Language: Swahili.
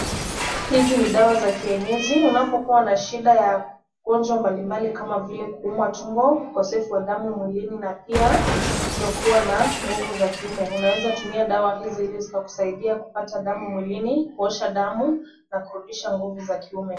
Hizi ni dawa za kienyeji. Unapokuwa na shida ya ugonjwa mbalimbali kama vile kuumwa tumbo, ukosefu wa damu mwilini na pia kutokuwa na nguvu za kiume. Unaweza tumia dawa hizi ili zikakusadia kupata damu mwilini, kuosha damu na kurudisha nguvu za kiume.